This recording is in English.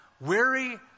Weary